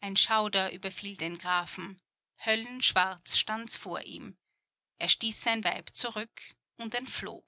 ein schauder überfiel den grafen höllenschwarz stands vor ihm er stieß sein weib zurück und entfloh